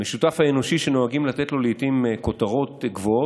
המשותף האנושי שנוהגים לתת לו לעיתים כותרות גבוהות,